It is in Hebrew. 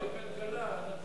כלכלה.